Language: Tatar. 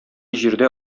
җирдә